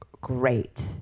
great